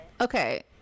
okay